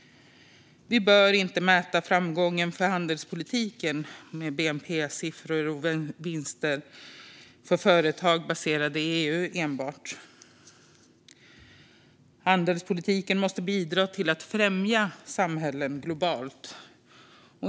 Vi bör inte mäta framgången för handelspolitiken enbart i bnp-siffror och i vinster för företag baserade i EU, utan handelspolitiken måste bidra till att främja samhällen globalt.